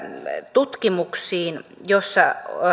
tutkimuksiin joissa